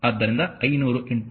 ಆದ್ದರಿಂದ 500 2